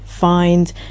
find